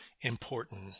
important